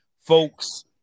folks